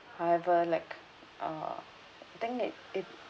however like uh I think it it